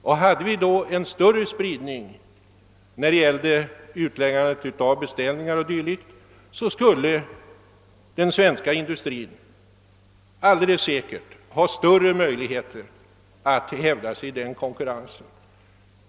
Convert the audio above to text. Om vi i stället har en större spridning på utläggningen av beställningar, så får den svenska industrin säkert större möjligheter att hävda sig i konkurrensen.